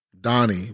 Donnie